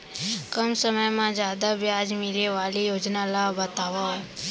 कम समय मा जादा ब्याज मिले वाले योजना ला बतावव